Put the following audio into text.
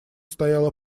стояла